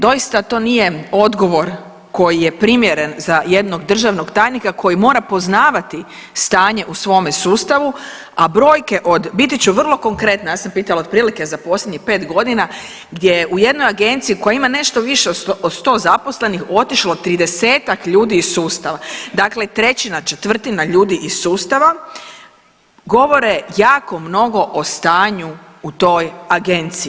Doista to nije odgovor koji je primjeren za jednog državnog tajnika koji mora poznavati stanje u svome sustavu, a brojke od, biti ću vrlo konkretna ja sam pitala otprilike za posljednjih pet godina gdje u jednoj agenciji koja ima nešto više od 100 zaposlenih otišlo 30-ak ljudi iz sustava, dakle trećina, četvrtina ljudi iz sustava govore jako mnogo o stanju u toj agenciji.